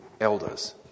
Elders